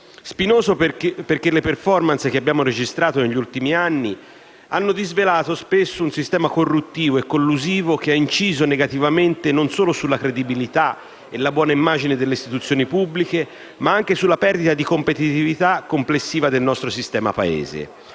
spinoso, perché le *performance* che abbiamo registrato negli ultimi anni hanno disvelato spesso un sistema corruttivo e collusivo che ha inciso negativamente non solo sulla credibilità e la buona immagine delle istituzioni pubbliche ma anche sulla perdita di competitività complessiva del nostro sistema Paese;